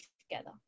together